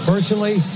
Personally